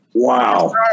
Wow